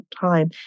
time